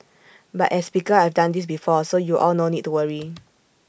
but as speaker I've done this before so you all no need to worry